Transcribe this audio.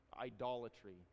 idolatry